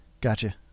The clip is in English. Gotcha